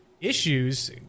issues